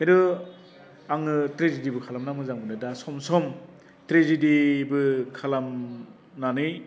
खिनथु आङो ट्रेजिडिबो खालामनानै मोजां मोनो दा सम सम ट्रेजिडिबो खालामनानै